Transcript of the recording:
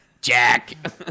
Jack